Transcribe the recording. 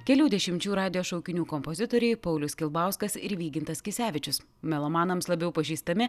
kelių dešimčių radijo šaukinių kompozitoriai paulius kilbauskas ir vygintas kisevičius melomanams labiau pažįstami